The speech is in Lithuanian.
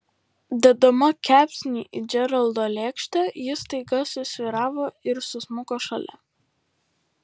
dėdama kepsnį į džeraldo lėkštę ji staiga susvyravo ir susmuko šalia